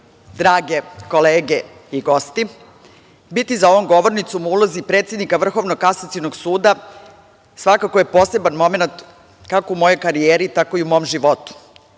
drage kolege i gosti, biti za ovom govornicom u ulozi predsednika Vrhovnog kasacionog suda svakako je poseban momenat, kako u mojoj karijeri, tako i u mom životu,